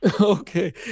Okay